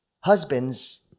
husbands